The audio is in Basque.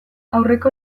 aurreko